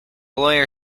lawyer